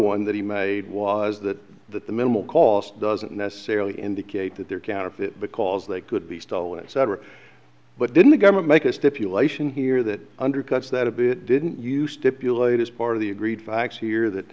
one that he made was that the minimal cost doesn't necessarily indicate that they're counterfeit because they could be stolen etc but didn't the government make a stipulation here that undercuts that a bit didn't used to pilate as part of the agreed facts here that